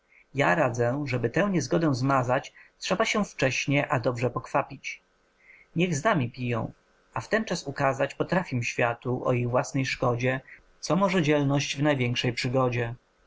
ja radzę żeby tę niezgodę zmazać trzeba się wcześnie a dobrze pokwapić niech z nami piją a wtenczas ukazać potrafim światu o ich własnej szkodzie co może dzielność w największej przygodzie